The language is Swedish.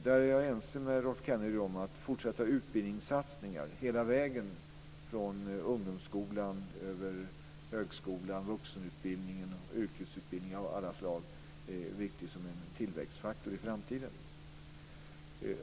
Där är jag ense med Rolf Kenneryd om att fortsatta utbildningssatsningar hela vägen från ungdomsskolan över högskolan, vuxenutbildningen och yrkesutbildningar av alla slag är viktiga som en tillväxtfaktor i framtiden.